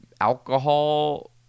alcohol